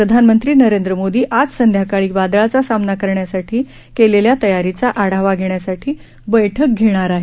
प्रधानमंत्री नरेंद्र मोदी आज संध्याकाळी वादळाचा सामना करण्यासाठी केलेल्या तयारीचा आढावा घेण्यासाठी बैठक घेणार आहे